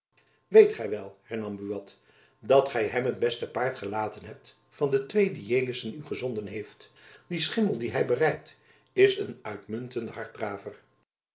weet gy wel hernam buat dat gy hem het beste paard gelaten hebt van de twee die jelissen u gezonden heeft die schimmel dien hy berijdt is een uitmuntende harddraver